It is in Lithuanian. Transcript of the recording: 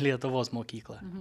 lietuvos mokykla